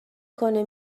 کنه